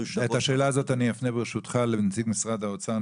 ואת השאלה הזאת אני אפנה ברשותך לנציג משרד האוצר.